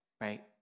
right